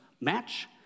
match